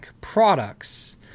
products